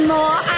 More